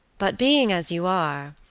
but being as you are,